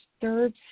third